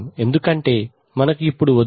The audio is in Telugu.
ఎందుకంటే మనకు ఇప్పుడు వద్దు